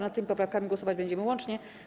Nad tymi poprawkami głosować będziemy łącznie.